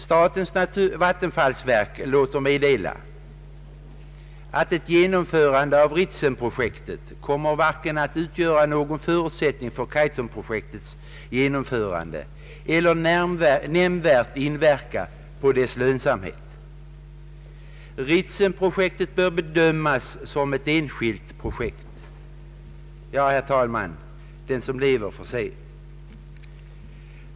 Statens vattenfallsverk låter meddela att ett genomförande av Ritsemprojektet varken kommer att utgöra någon förutsättning för Kaitumprojektets genomförande eller nämnvärt inverka på dess lönsamhet. Ritsemprojektet bör bedömas som ett enskilt projekt. Ja, herr talman, den som lever får se.